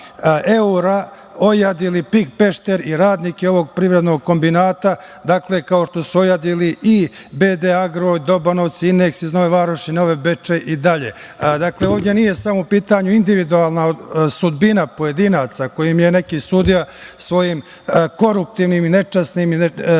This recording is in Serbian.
evra ojadili „PIK Pešter“ i radnike ovog privrednog kombinata, kao što su ojadili „BD Agro“ Dobanovci, „Ineks“ iz Nove Varoši, Novi Bečej, itd. Dakle, ovde nije samo u pitanju individualna sudbina pojedinaca kojima je neki sudija svojim koruptivnim i nečasnim radnjama